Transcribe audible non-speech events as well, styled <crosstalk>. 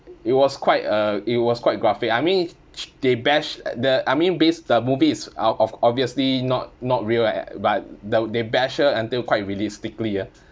it was quite uh it was quite graphic I mean ch~ they bashed ugh the I mean base the movie is out of obviously not not real but they they bashed her until quite realistically ah <breath>